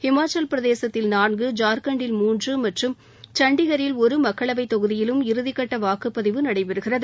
இமாச்சல பிரதேசத்தில் நான்கு ஜார்க்கண்டில் மூன்று மற்றும் சண்டிகரில் ஒரு மக்களவைத் தொகுதியிலும் இறுதிக்கட்ட வாக்குப்பதிவு நடைபெறுகிறது